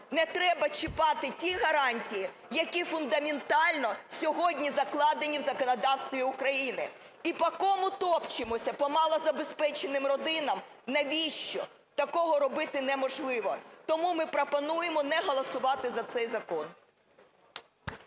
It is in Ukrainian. Не треба чіпати ті гарантії, які фундаментально сьогодні закладені в законодавстві України. І по кому топчемося, по малозабезпеченим родинам? Навіщо? Такого робити не можливо. Тому ми пропонуємо не голосувати за цей закон.